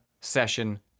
Session